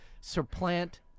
supplant